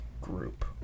Group